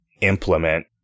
implement